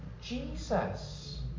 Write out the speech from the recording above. Jesus